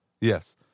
yes